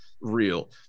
real